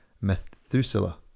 Methuselah